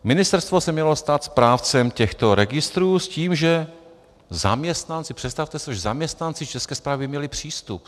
Ministerstvo se mělo stát správcem těchto registrů s tím, že zaměstnanci představte si to že zaměstnanci České správy měli přístup.